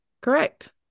Correct